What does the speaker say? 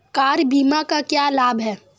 Car बीमा का क्या लाभ है?